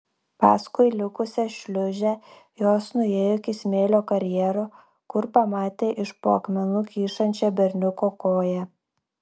paskui likusią šliūžę jos nuėjo iki smėlio karjero kur pamatė iš po akmenų kyšančią berniuko koją